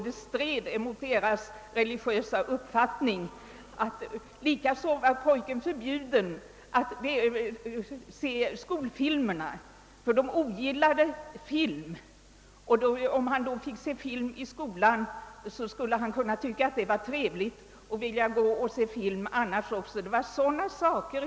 Det stred mot deras religiösa uppfattning. Likaså förbjöds pojken att se skolfilmer, ty föräldrarna ogillade film. Om pojken fick se film i skolan skulle han kunna tycka att det var trevligt och vilja göra det annars också.